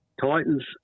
Titans